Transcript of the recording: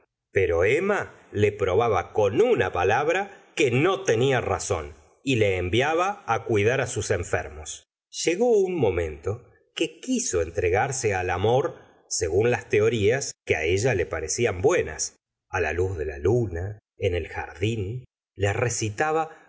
pero emma le probaba con una palabra que no tenía razón y le enviaba cuidar tt sus enfermos llegó un momento que quiso entregarse al amor según las teorías que ella le parecían buenas a la luz de la luna en el jardín le recitaba